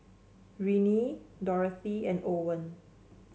Renee Dorthy and Owen